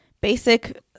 basic